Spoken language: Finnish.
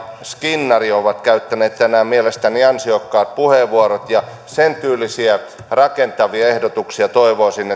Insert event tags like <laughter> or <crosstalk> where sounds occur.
skinnari ovat käyttäneet tänään mielestäni ansiokkaat puheenvuorot ja sentyylisiä rakentavia ehdotuksia toivoisin <unintelligible>